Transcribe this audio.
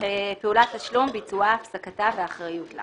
פעולת תשלום, ביצועה, הפסקתה והאחריות לה